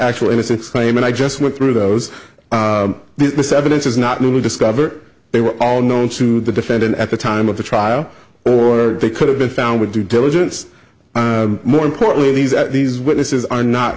actual innocence claim and i just went through those evidence is not new to discover they were all known to the defendant at the time of the trial or they could have been found with due diligence more importantly these at these witnesses are not